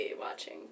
watching